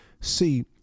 See